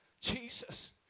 Jesus